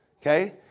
okay